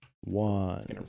one